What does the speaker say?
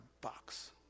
box